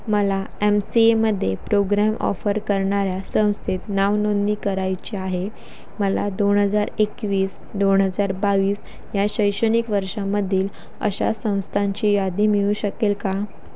मला M C A मध्ये programme offer करणाऱ्या संस्थेत नावनोंदणी करायची आहे मला दोन हजार एकवीस दोन हजार बावीस या शैक्षणिक वर्षामधील अशा संस्थांची यादी मिळू शकेल का